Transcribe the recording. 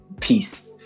peace